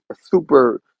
super